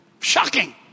Shocking